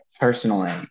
personally